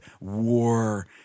war